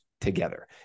together